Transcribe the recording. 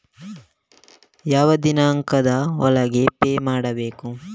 ಯಾವ ದಿನಾಂಕದ ಒಳಗೆ ಪೇ ಮಾಡಬೇಕು?